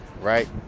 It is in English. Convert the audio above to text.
right